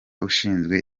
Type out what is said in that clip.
ushinzwe